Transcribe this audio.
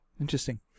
Interesting